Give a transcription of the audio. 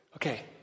Okay